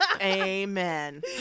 Amen